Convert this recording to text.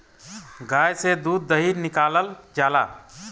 गाय से दूध दही निकालल जाला